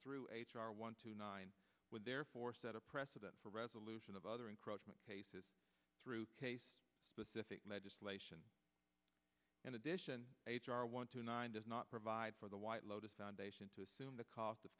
through h r one to nine would therefore set a precedent for resolution of other encroachment cases through specific legislation in addition h r one to nine does not provide for the white lotus foundation to assume the cost of